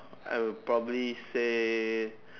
I will probably say